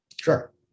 Sure